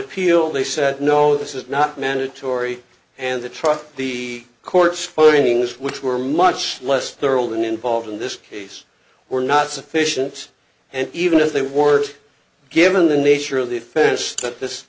appeal they said no this is not mandatory and the truck the courts footings which were much less thoroughly and involved in this case were not sufficient and even if they were given the nature of the fest that this